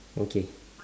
okay